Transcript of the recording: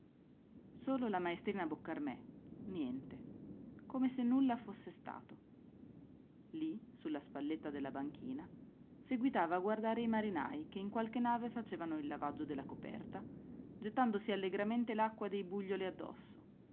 solo la maestrina boccarmè niente come se nulla fosse stato lì sulla spalletta della banchina seguitava a guardare i marinai che in qualche nave facevano il lavaggio della coperta gettandosi allegramente l'acqua dei buglioli addosso